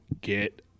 get